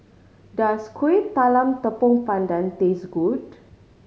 does Kuih Talam Tepong Pandan taste good